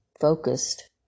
focused